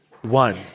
One